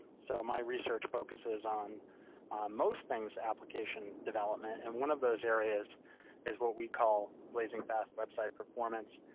so my research focuses on most things application development. and one of those areas is what we call blazing fast website performance.